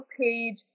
page